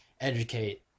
educate